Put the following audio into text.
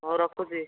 ହଉ ରଖୁଛି